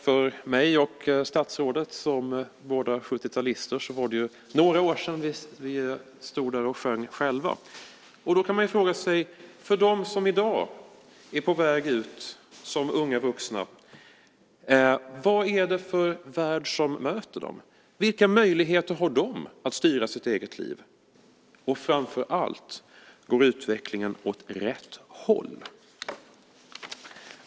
För mig och statsrådet, som båda är 70-talister, är det några år sedan som vi själva stod där och sjöng. Man kan fråga sig vad det är för värld som möter dem som i dag är på väg ut som unga vuxna. Vilka möjligheter har de att styra sina liv? Och framför allt: Går utvecklingen åt rätt håll?